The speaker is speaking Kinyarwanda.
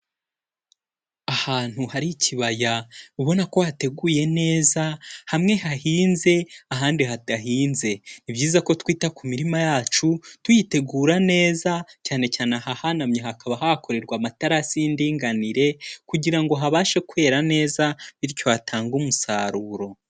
Ahantu hari ikibaya ubona ko hateguye neza, hamwe hahinze ahandi hadahinze, ni ibyiza ko twita ku mirima yacu, tuyitegura neza cyane cyane ahahanamye hakaba hakorerwa amatarasi y'indinganire, kugira habashe kwera neza bityo hatange umusaruro.